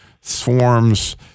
swarms